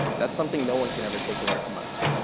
that's something no one can ever take away from us.